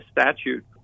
statute